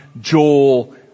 Joel